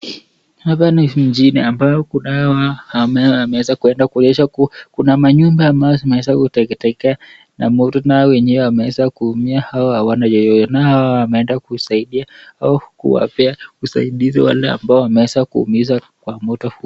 Hapa ni mjini ambapo kuna watu ambao wameweza kwenda kulisha kuna manyumba ambazo zimeweza kuteketea na moto na wenyewe wameweza kuumia au hawana chochote. Na hawa wameenda kusaidia au kuwapea usaidizi wale ambao wameweza kuumizwa kwa moto.